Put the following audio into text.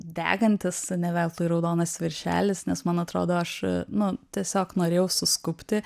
degantis ne veltui raudonas viršelis nes man atrodo aš nu tiesiog norėjau suskubti